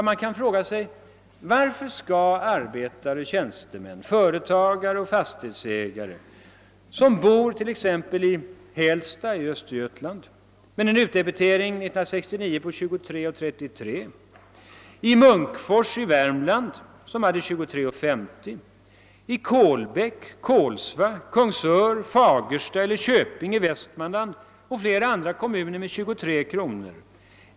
Man kan fråga sig varför arbetare, tjänstemän, företagare och fastighetsägare, som bor t.ex. i Hällestad i Östergötland med en utdebitering år 1969 på 23: 33 kr., i Munkfors i Värmland, som hade 23:50 kr., i Kolbäck, Kolsva, Kungsör, Fagersta eller Köping i Västmanland och flera andra kommuner med 23 kr.